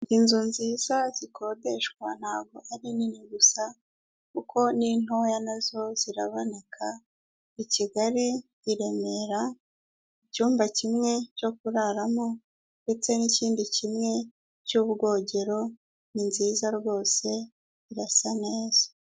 Inzu nziza zikodeshwa ntago ari nini gusa kuko n'intoya nazo ziraboneka i Kigali ,i Remera icyumba kimwe cyo kuraramo ndetse n'ikindi kimwe cy'ubwogero ni nziza rwose irasa neza.